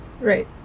Right